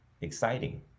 exciting